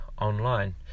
online